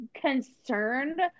concerned